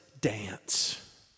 dance